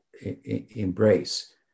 embrace